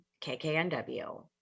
KKNW